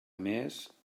més